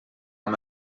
amb